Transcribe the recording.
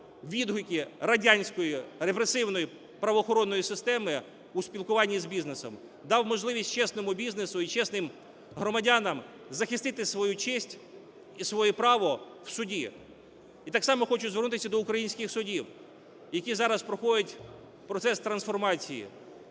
відгуки радянської репресивної правоохоронної системи у спілкуванні з бізнесом, дав можливість чесному бізнесу і чесним громадянам захистити свою честь і своє право в суді. І так само хочу звернутися до українських судів, які зараз проходять процес трансформації.